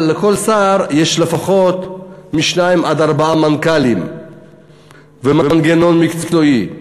לכל שר יש לפחות שניים עד ארבעה מנכ"לים ומנגנון מקצועי ואגפים,